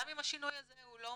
גם אם השינוי הזה לא מספיק,